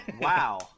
Wow